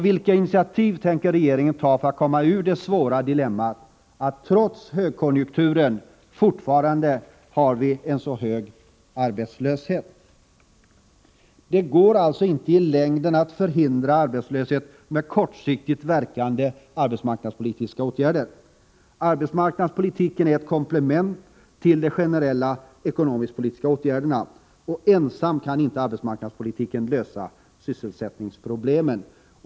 Vilka initiativ tänker regeringen ta för att komma ur det svåra dilemmat att vi trots högkonjunkturen fortfarande har en så hög arbetslöshet? Det går inte i längden att förhindra arbetslöshet med kortsiktigt verkande arbetsmarknadspolitiska åtgärder. Arbetsmarknadspolitiken är ett komplement till de generella ekonomisk-politiska åtgärderna. Ensam kan inte arbetsmarknadspolitiken lösa sysselsättningsproblemen.